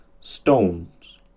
stones